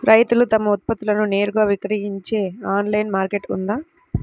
రైతులు తమ ఉత్పత్తులను నేరుగా విక్రయించే ఆన్లైను మార్కెట్ ఉందా?